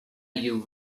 you